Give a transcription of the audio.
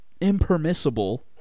impermissible